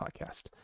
podcast